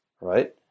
right